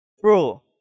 Bro